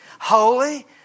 holy